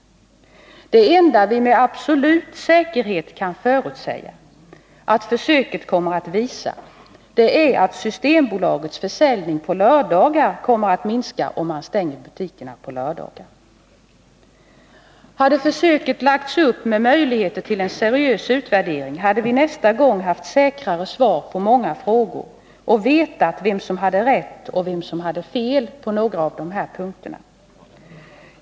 Det enda vi med absolut säkerhet kan förutsäga är att försöket kommer att visa att Systembolagets försäljning på lördagar kommer att minska, om man Hade försöket lagts upp med möjligheter till en seriös utvärdering, hade vi nästa gång haft säkrare svar på många frågor och vetat vem som hade rätt och vem som hade fel på en del av de här punkterna.